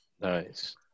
Nice